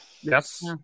Yes